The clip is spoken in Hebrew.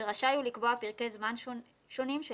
ורשאי הוא לקבוע פרקי זמן שונים של